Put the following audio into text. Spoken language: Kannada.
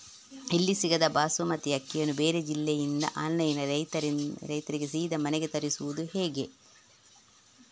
ಇಲ್ಲಿ ಸಿಗದ ಬಾಸುಮತಿ ಅಕ್ಕಿಯನ್ನು ಬೇರೆ ಜಿಲ್ಲೆ ಇಂದ ಆನ್ಲೈನ್ನಲ್ಲಿ ರೈತರಿಂದ ಸೀದಾ ಮನೆಗೆ ತರಿಸುವುದು ಹೇಗೆ?